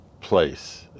place